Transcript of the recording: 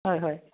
হয় হয়